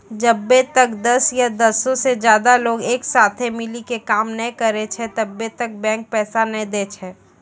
जब्बै तक दस या दसो से ज्यादे लोग एक साथे मिली के काम नै करै छै तब्बै तक बैंक पैसा नै दै छै